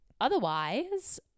Otherwise